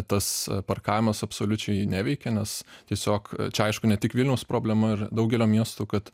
tas parkavimas absoliučiai neveikia nes tiesiog čia aišku ne tik vilniaus problema ir daugelio miestų kad